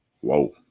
whoa